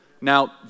Now